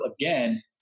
again